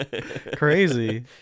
Crazy